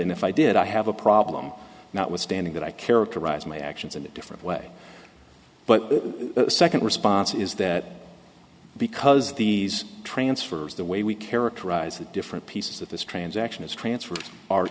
and if i did i have a problem not withstanding that i characterize my actions in a different way but the second response is that because these transfers the way we characterize it different pieces of this transaction is transferred our